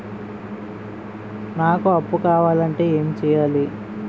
నాకు అప్పు కావాలి అంటే ఎం చేయాలి?